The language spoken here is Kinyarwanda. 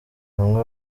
hamwe